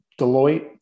Deloitte